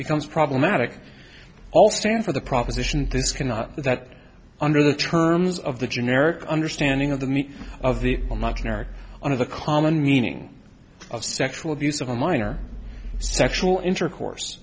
becomes problematic all stand for the proposition this cannot that under the terms of the generic understanding of the meat of the on of the common meaning of sexual abuse of a minor sexual intercourse